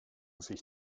sich